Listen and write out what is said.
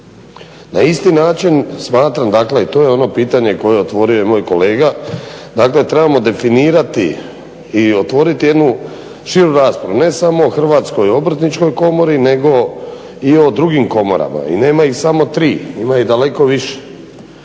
Na isti način smatram dakle i to je ono pitanje koje je otvorio i moj kolega. Dakle, trebamo definirati i otvoriti jednu širu raspravu ne samo o Hrvatskoj obrtničkoj komori nego i o drugim komorama. I nema ih samo tri. Ima ih daleko više.